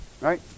Right